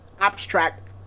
abstract